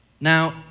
Now